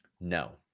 No